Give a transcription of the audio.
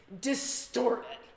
distorted